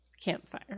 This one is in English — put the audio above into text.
campfire